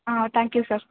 thank you sir